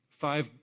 five